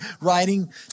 writing